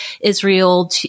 Israel